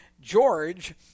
George